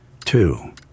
Two